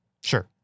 Sure